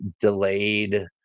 delayed